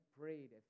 prayed